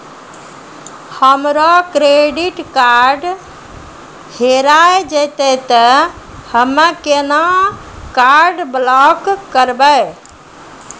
हमरो credit card हेरा जेतै ते हम्मय केना कार्ड ब्लॉक करबै?